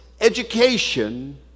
education